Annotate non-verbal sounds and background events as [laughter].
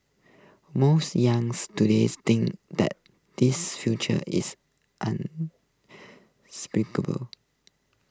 most youths today think that these future is [unintelligible]